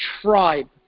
tribe